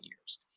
years